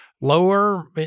lower